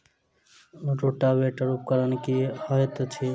Rotavator उपकरण की हएत अछि?